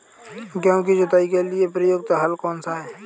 गेहूँ की जुताई के लिए प्रयुक्त हल कौनसा है?